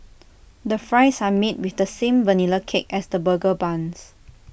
the fries are made with the same Vanilla cake as the burger buns